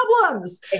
problems